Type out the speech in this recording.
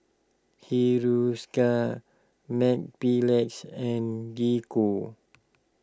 Hiruscar Mepilex and Gingko